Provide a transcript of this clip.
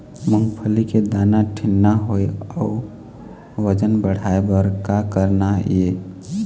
मूंगफली के दाना ठीन्ना होय अउ वजन बढ़ाय बर का करना ये?